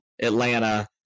Atlanta